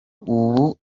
ubu